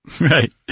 Right